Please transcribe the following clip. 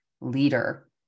leader